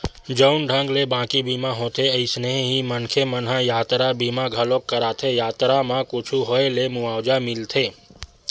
जउन ढंग ले बाकी बीमा होथे अइसने ही मनखे मन ह यातरा बीमा घलोक कराथे यातरा म कुछु होय ले मुवाजा मिलथे